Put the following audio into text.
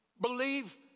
believe